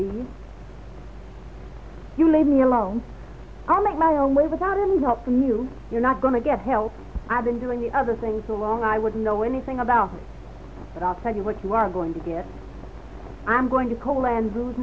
be you made me alone i'll make my own way without him help you you're not going to get help i've been doing the other things along i wouldn't know anything about it i'll tell you what you are going to get i'm going to call and